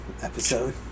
episode